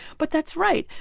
but that's right.